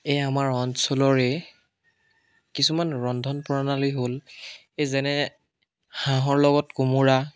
এই আমাৰ অঞ্চলৰে কিছুমান ৰন্ধন প্ৰণালী হ'ল এই যেনে হাঁহৰ লগত কোমোৰা